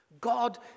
God